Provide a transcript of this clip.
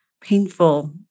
painful